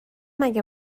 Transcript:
مگه